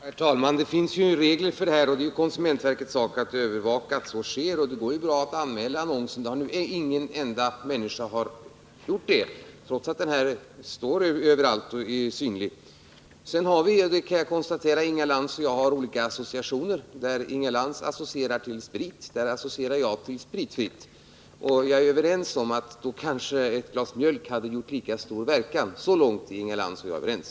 Herr talman! Det finns ju regler för detta, och det är konsumentverkets sak att övervaka att de följs. Det går bra att anmäla annonsen, men ingen enda 37 människa har gjort det, trots att den står överallt och är synlig. Sedan kan jag konstatera att Inga Lantz och jag har olika associationer. Där Inga Lantz associerar till sprit, där associerar jag till spritfritt. Då hade kanske ett glas mjölk gjort lika stor verkan — så långt är Inga Lantz och jag överens.